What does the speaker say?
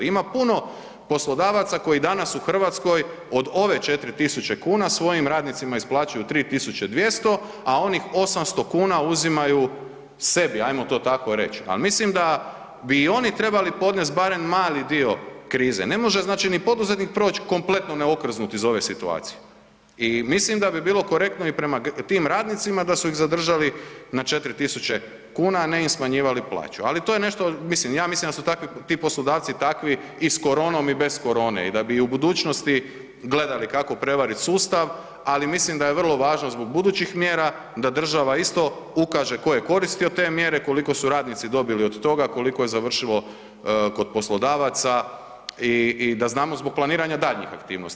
Ima puno poslodavaca koji danas u Hrvatskoj od ove 4000 kn svojim isplaćuju 3200 a onih 800 kn uzimaju sebi, ajmo to tako reći, ali mislim da bi oni trebali podnest barem mali dio krize, ne može znači ni poduzetnik proć kompletno neokrznut iz ove situacije i mislim da bi bilo korektno i prema tim radnicima da su ih zadržali na 4000 kn a ne im smanjivali plaću, ali to je nešto, mislim, ja mislim da su ti poslodavci takvi i s koronom i bez korone i da bi u budućnosti gledali kako prevarit sustav ali mislim da je vrlo važno zbog budućih mjera da država isto ukaže ko je koristio te mjere, koliko su radnicima dobili od toga, koliko je završilo kod poslodavaca i da znamo zbog planiranja daljnjih aktivnosti.